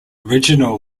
original